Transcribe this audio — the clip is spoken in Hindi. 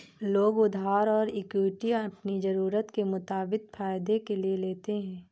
लोग उधार और इक्विटी अपनी ज़रूरत के मुताबिक फायदे के लिए लेते है